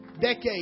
decade